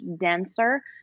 denser